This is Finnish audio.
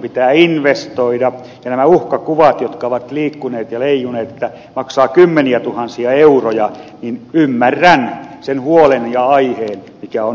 pitää investoida ja kun nämä uhkakuvat ovat liikkuneet ja leijuneet että maksaa kymmeniätuhansia euroja niin ymmärrän sen huolen ja aiheen mikä on ollut